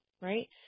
right